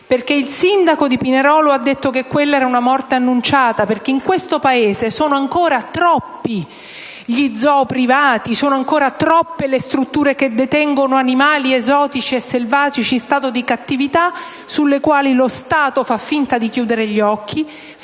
Il sindaco di Pinerolo ha detto che quella era una morte annunciata, perché in questo Paese sono ancora troppi gli zoo privati, troppe le strutture che detengono animali esotici e selvatici in stato di cattività e sulle quali lo Stato fa finta di chiudere gli occhi.